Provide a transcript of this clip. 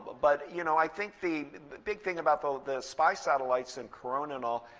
but you know i think the big thing about the spy satellites and corona and all,